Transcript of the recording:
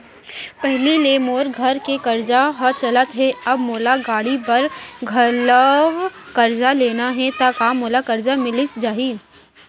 पहिली ले मोर घर के करजा ह चलत हे, अब मोला गाड़ी बर घलव करजा लेना हे ता का मोला करजा मिलिस जाही?